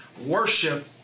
worship